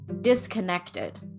disconnected